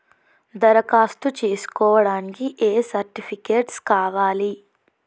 దరఖాస్తు చేస్కోవడానికి ఏ సర్టిఫికేట్స్ కావాలి?